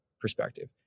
perspective